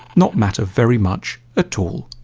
not matter very much at all.